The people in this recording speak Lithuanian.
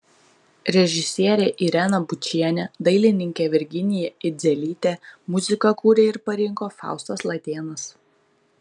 režisierė irena bučienė dailininkė virginija idzelytė muziką kūrė ir parinko faustas latėnas